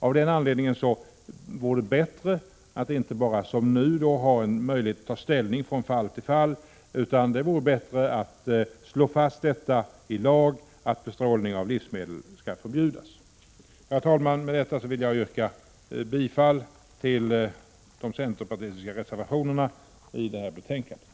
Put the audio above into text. Av den anledningen vore det bättre att inte bara som nu ha en möjlighet att ta ställning från fall till fall utan i stället slå fast i lag att det är förbjudet att bestråla livsmedel. Herr talman! Med detta vill jag yrka bifall till de centerpartistiska reservationerna i betänkandet.